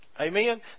Amen